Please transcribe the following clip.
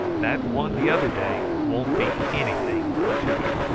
that one the other day won't be anything to it.